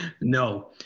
No